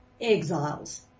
exiles